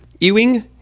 Ewing